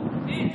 נו, באמת,